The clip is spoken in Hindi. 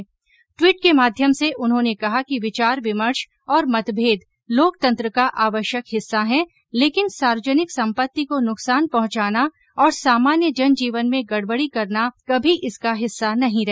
अपने कई ट्वीट के माध्यम से उन्होंने कहा कि विचार विमर्श और मतभेद लोकतंत्र का आवश्यक हिस्सा है लेकिन सार्वजनिक सम्पत्ति को नुकसान पहुंचाना और सामान्य जनजीवन में गडबडी करना कभी इसका हिस्सा नहीं रहे